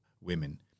women